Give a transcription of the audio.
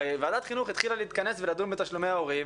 הרי ועדת החינוך התחילה להתכנס ולדון בתשלומי ההורים